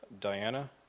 Diana